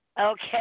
Okay